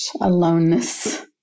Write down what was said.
aloneness